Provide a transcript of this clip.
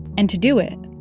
and to do it.